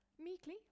meekly